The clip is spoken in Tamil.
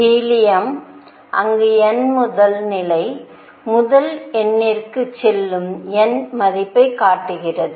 ஹீலியம் அங்கு n முதல் நிலை முதல் எண்ணிற்கு செல்லும் n மதிப்பைக் காட்டுகிறது